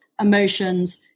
emotions